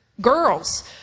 girls